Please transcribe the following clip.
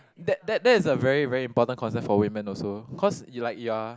that that that is a very very important concept for women also cause you like you are